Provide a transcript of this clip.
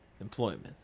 employment